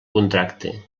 contracte